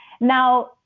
Now